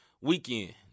weekend